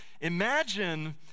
Imagine